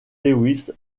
lewis